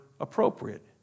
appropriate